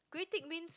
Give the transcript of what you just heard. grey tick means